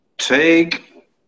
Take